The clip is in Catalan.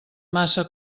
massa